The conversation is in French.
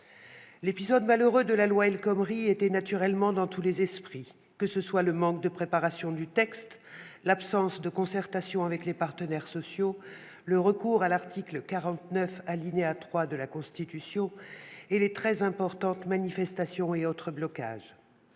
L'épisode malheureux de la loi El Khomri était naturellement dans tous les esprits, qu'il s'agisse du manque de préparation du texte, de l'absence de concertation avec les partenaires sociaux, du recours à l'article 49, alinéa 3, de la Constitution ou encore des très importantes manifestations et autres blocages.